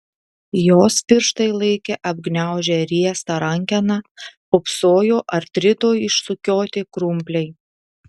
jos pirštai laikė apgniaužę riestą rankeną pūpsojo artrito išsukioti krumpliai